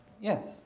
Yes